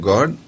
God